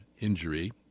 injury